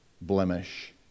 blemish